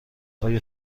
آیا